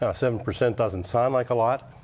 ah seven percent doesn't sound like a lot,